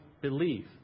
believe